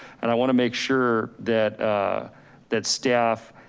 and i want to make sure that ah that staff